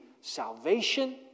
salvation